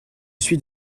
suis